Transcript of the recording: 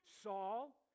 Saul